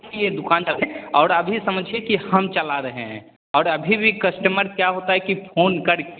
नहीं ये दुकानदार है और अभी समझिए कि हम चला रहे हैं और अभी भी कस्टमर क्या होता है कि फोन करके